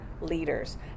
Leaders